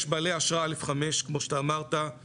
יש בעלי אשרה א.5 כמו שאתה אמרת,